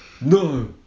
No